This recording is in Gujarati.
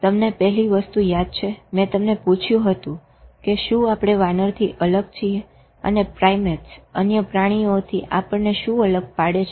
તમને પહેલી વસ્તુ યાદ છે મેં તમને પૂછ્યું હતું કે શું આપણે વાનરથી અલગ છીએ અને પ્રાઈમેટ્સ અન્ય પ્રાણીઓ થી આપણને શું અલગ પાડે છે